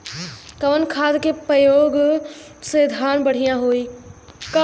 कवन खाद के पयोग से धान बढ़िया होई?